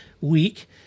week